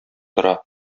тора